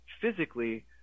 physically